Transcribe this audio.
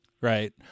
Right